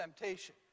temptation